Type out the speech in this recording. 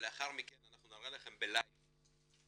ולאחר מכן אנחנו נראה לכם בלייב איך